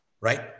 right